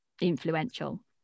Influential